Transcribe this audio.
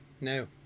No